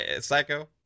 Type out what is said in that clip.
psycho